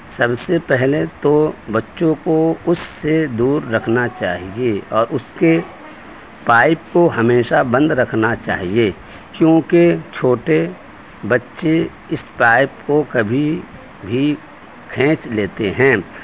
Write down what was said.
سب سے پہلے تو بچوں کو اس سے دور رکھنا چاہیے اور اس کے پائپ کو ہمیشہ بند رکھنا چاہیے کیونکہ چھوٹے بچے اس پائپ کو کبھی بھی کھینچ لیتے ہیں